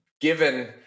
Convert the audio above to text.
given